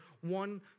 one